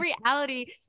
reality